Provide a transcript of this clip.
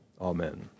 Amen